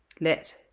let